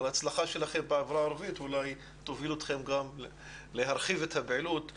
אבל ההצלחה שלכם בחברה הערבית אולי תוביל אתכם גם להרחיב את הפעילות,